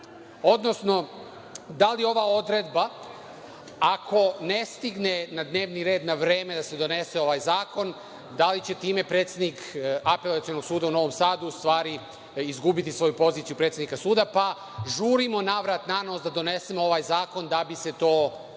Odnosno, da li ova odredba, ako ne stigne na dnevni red na vreme da se donese ovaj zakon, da li će time predsednik Apelacionog suda u Novom Sadu, u stvari, izgubiti svoju poziciju predsednika suda, pa žurimo na vrat na nos da donesemo ovaj zakon da bi se to